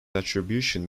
attribution